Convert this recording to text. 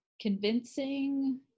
convincing